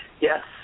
Yes